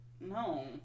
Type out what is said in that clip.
No